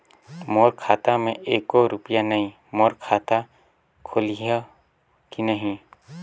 मोर खाता मे एको रुपिया नइ, मोर खाता खोलिहो की नहीं?